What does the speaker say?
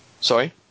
Sorry